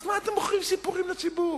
אז מה אתם מוכרים סיפורים לציבור?